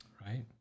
Right